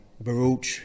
Baruch